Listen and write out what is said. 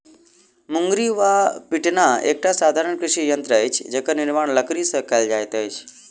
मुंगरी वा पिटना एकटा साधारण कृषि यंत्र अछि जकर निर्माण लकड़ीसँ कयल जाइत अछि